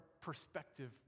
perspective